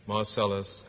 Marcellus